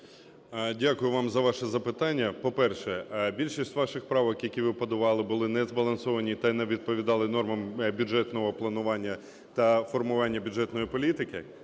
Дякую вам за ваше запитання. По-перше, більшість ваших правок, які ви подавали, були не збалансовані та не відповідали нормам бюджетного планування та формування бюджетної політики.